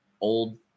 old